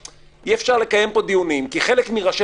אי-אפשר לקיים פה דיונים כי חלק מראשי